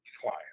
client